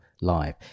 live